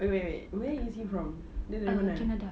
wait wait wait where is he from dia dari mana